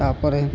ତା'ପରେ